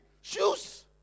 Shoes